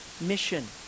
mission